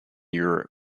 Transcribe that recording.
europe